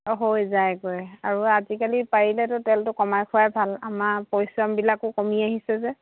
অঁ হৈ যায়গৈ আৰু আজিকালি পাৰিলেতো তেলটো কমাই খোৱাই ভাল আমাৰ পৰিশ্ৰমবিলাকো কমি আহিছে যে